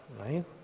Right